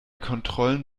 kontrollen